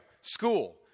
school